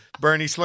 Bernie